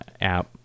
app